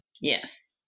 Yes